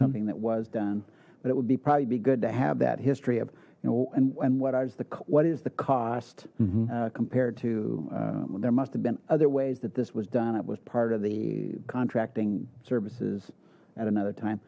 something that was done but it would be probably be good to have that history of you know and when what are the what is the cost compared to there must have been other ways that this was done it was part of the contracting services at another time